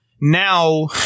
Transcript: now